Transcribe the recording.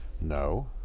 no